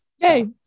Hey